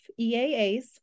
EAAs